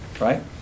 right